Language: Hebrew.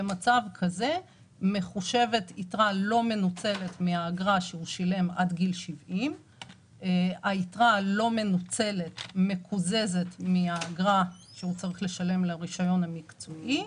במצב כזה מחושבת יתרה לא מנוצלת מהאגרה שהוא שילם עד גיל 70. היתרה הלא מנוצלת מקוזזת מהאגרה שהוא צריך לשלם לרישיון המקצועי,